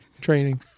training